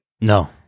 no